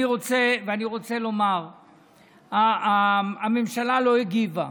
אני רוצה לומר, הממשלה לא הגיבה.